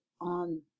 on